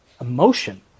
emotion